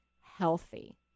healthy